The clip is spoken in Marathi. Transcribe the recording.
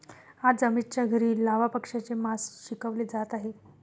आज अमितच्या घरी लावा पक्ष्याचे मास शिजवले जात आहे